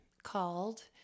called